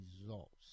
results